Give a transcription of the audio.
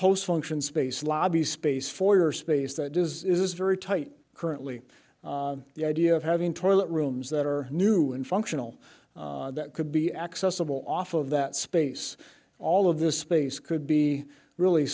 post function space lobby space for your space that is very tight currently the idea of having toilet rooms that are new and functional that could be accessible off of that space all of this space could be really